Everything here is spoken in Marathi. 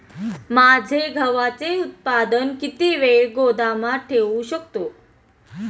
माझे गव्हाचे उत्पादन किती वेळ गोदामात ठेवू शकतो?